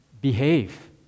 behave